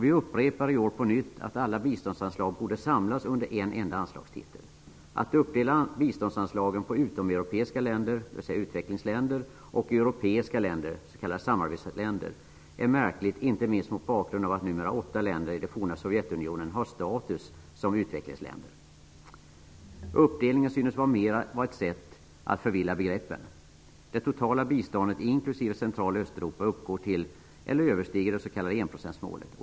Vi upprepar i år på nytt att alla biståndsanslag borde samlas under en enda anslagstitel. Att uppdela biståndsanslagen på utomeuropeiska länder, dvs. samarbetsländer, är märkligt -- inte minst mot bakgrund av att åtta länder i det forna Sovjetunionen numera har ''status'' som utvecklingsländer. Uppdelningen synes mera vara ett sätt att förvilla begreppen. Det totala biståndet, inklusive till Central och Östeuropa, uppgår till eller överstiger det s.k. enprocentsmålet.